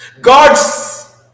God's